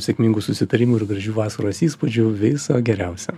sėkmingų susitarimų ir gražių vasaros įspūdžių viso geriausio